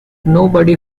nobody